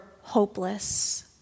hopeless